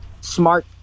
smart